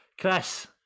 Chris